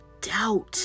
Doubt